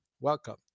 welcome